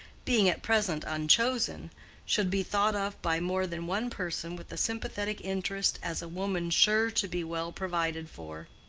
being at present unchosen, should be thought of by more than one person with a sympathetic interest as a woman sure to be well provided for.